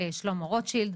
מר שלמה רוטשילד,